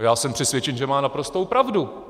Já jsem přesvědčen, že má naprostou pravdu.